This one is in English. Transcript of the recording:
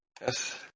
Yes